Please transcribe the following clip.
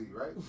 right